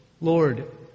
Lord